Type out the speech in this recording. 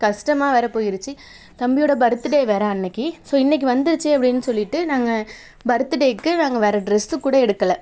கஷ்டமா வேறு போயிடுச்சு தம்பியோடய பர்த்து டே வேறு அன்னிக்கு ஸோ இன்னிக்கு வந்துடுச்சு அப்படினு சொல்லிவிட்டு நாங்கள் பர்த்து டேவுக்கு நாங்கள் வேறு டிரெஸ்ஸு கூட எடுக்கலை